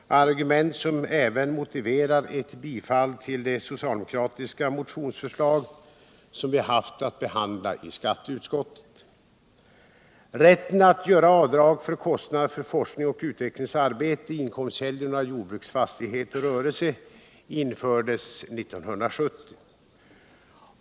Det var argument som också motiverar ett bifall till de socialdemokratiska motionsförslag som vi har haft att behandla i skatteutskottet. Rätten att göra avdrag för kostnader för forskning och utvecklingsarbete i inkomstkällorna jordbruksfastighet och rörelse infördes 1970.